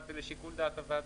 אבל זה לשיקול דעת הוועדה.